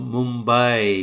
Mumbai